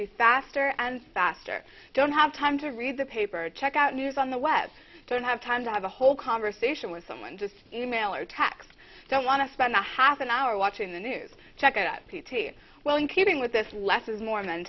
be faster and faster don't have time to read the paper check out news on the web don't have time to have a whole conversation with someone just email or text don't want to spend a half an hour watching the news check at p t a well in keeping with this less is mor